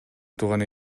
тууганы